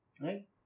Right